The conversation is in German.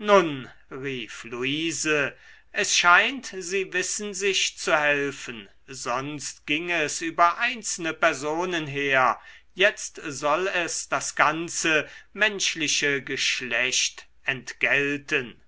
nun rief luise es scheint sie wissen sich zu helfen sonst ging es über einzelne personen her jetzt soll es das ganze menschliche geschlecht entgelten